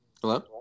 Hello